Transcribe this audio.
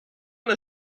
the